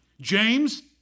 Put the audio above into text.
James